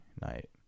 night